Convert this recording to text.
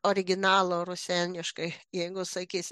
originalo rusėniškai jeigu sakys